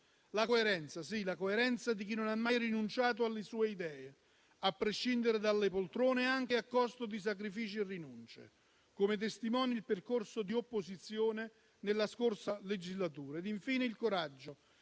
La coerenza, sì, quella di chi non ha mai rinunciato alle sue idee, a prescindere dalle poltrone e anche a costo di sacrifici e rinunce, come testimonia il percorso di opposizione nella scorsa legislatura. Infine, il coraggio